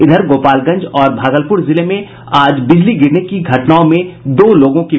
इधर गोपालगंज और भागलपुर जिले में आज बिजली गिरने की घटनाओं में दो लोगों की मौत हो गयी